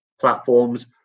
platforms